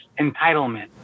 entitlement